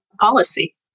policy